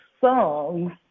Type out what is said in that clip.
songs